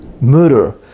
murder